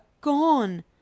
GONE